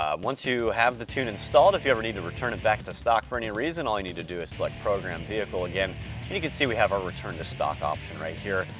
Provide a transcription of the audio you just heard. once you have the tune installed, if you ever need to return it back to stock for any reason, all you need to do is select program vehicle again, and you can see we have our return to stock option right here.